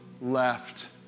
left